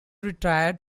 retired